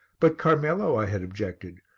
but, carmelo, i had objected,